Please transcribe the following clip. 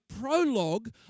prologue